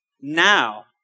now